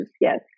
yes